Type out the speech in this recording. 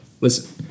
Listen